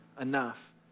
enough